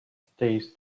stays